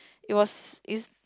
it was is